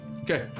Okay